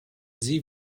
sie